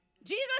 Jesus